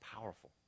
powerful